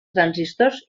transistors